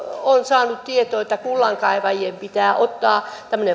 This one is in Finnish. olen saanut tietoa että kullankaivajien pitää ottaa